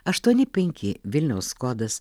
aštuoni penki vilniaus kodas